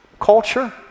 culture